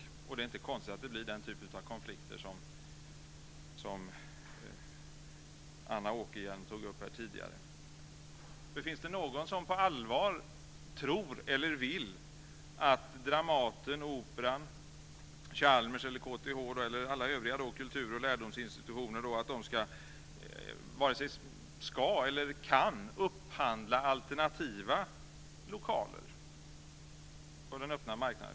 Då är det inte konstigt att det blir den typ av konflikter som Anna Åkerhielm tog upp här tidigare. Finns det någon som på allvar tror eller vill att Dramaten, Operan, Chalmers eller KTH eller övriga kultur och lärdomsinstitutioner ska - eller kan - upphandla alternativa lokaler på den öppna marknaden?